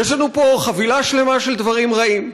יש לנו פה חבילה שלמה של דברים רעים: